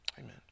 Amen